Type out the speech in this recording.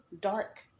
dark